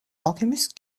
alchemist